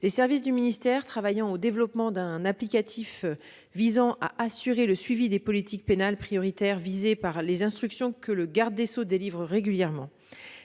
les services du ministère travaillent au développement d'un applicatif visant à assurer le suivi des politiques pénales prioritaires visées par les instructions que le garde des sceaux délivre régulièrement.